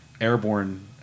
airborne